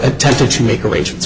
attempt to make arrangements